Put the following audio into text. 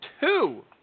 two